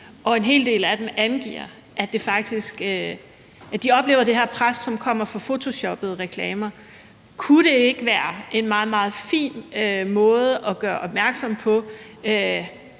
og en hel del af dem angiver, at de oplever det her pres, som kommer fra photoshoppede reklamer. Kunne det ikke være en meget, meget fin måde at gøre opmærksom på,